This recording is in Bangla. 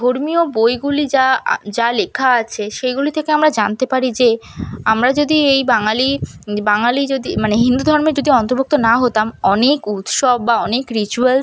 ধর্মীয় বইগুলি যা যা লেখা আছে সেইগুলি থেকে আমরা জানতে পারি যে আমরা যদি এই বাঙালি বাঙালি যদি মানে হিন্দু ধর্মের যদি অন্তর্ভুক্ত না হতাম অনেক উৎসব বা অনেক রিচুয়ালস